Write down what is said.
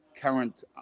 current